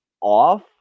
off